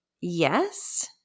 Yes